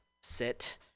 sit